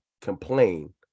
complain